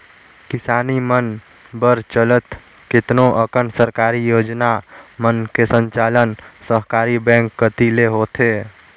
किसानी मन बर चलत केतनो अकन सरकारी योजना मन के संचालन सहकारी बेंक कति ले होथे